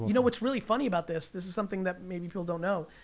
you know what's really funny about this, this is something that, maybe, people don't know,